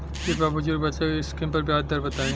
कृपया बुजुर्ग बचत स्किम पर ब्याज दर बताई